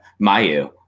Mayu